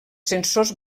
censors